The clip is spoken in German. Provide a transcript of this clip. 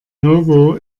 novo